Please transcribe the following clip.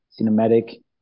cinematic